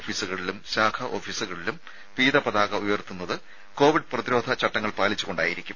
ഓഫീസുകളിലും ശാഖാ ഓഫീസുകളിലും പീത പതാക ഉയർത്തുന്നത് കോവിഡ് പ്രതിരോധ ചട്ടങ്ങൾ പാലിച്ച് കൊണ്ടായിരിക്കും